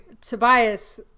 Tobias